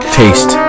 taste